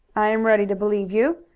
i am ready to believe you.